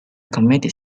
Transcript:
committed